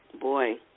boy